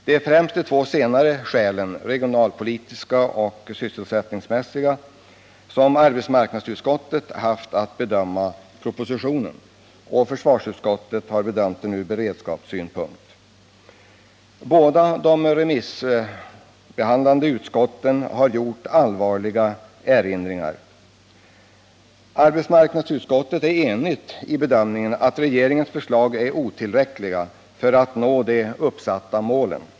Det är främst från regionalpolitisk och sysselsättningspolitisk synpunkt som arbetsmarknadsutskottet har haft att bedöma propositionen, medan försvarsutskottet har bedömt den från beredskapssynpunkt. Båda utskotten har gjort allvarliga erinringar. Arbetsmarknadsutskottet är enigt i fråga om bedömningen att regeringens förslag är otillräckliga för att man skall kunna nå de uppsatta målen.